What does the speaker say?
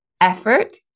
effort